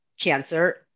cancer